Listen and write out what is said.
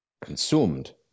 consumed